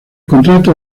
contrato